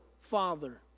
Father